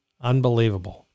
Unbelievable